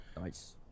Nice